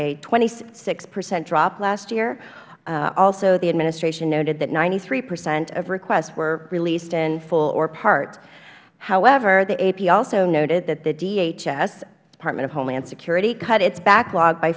a twenty six percent drop last year also the administration noted that ninety three percent of requests were leased in full or part however the ap also noted that the dhs department of homeland security cut its backlog by